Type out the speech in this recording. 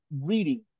reading